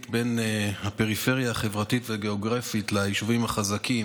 בין הפריפריה החברתית והגיאוגרפית ליישובים החזקים